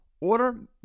Order